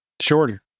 Shorter